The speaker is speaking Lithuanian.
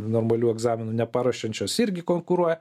normalių egzaminų neparuošiančios irgi konkuruoja